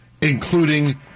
including